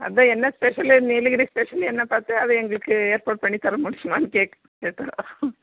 அதுதான் என்ன special Nilgiri special என்ன பார்த்து அது எங்களுக்கு ஏற்பாடு பண்ணி தர முடியுமான்னு கேக் கேட்குறோம்